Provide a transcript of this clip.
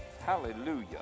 hallelujah